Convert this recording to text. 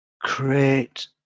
create